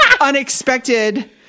unexpected